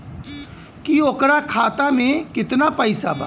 की ओकरा खाता मे कितना पैसा बा?